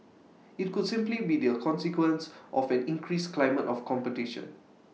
IT could simply be the consequence of an increased climate of competition